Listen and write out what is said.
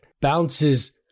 bounces